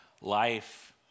life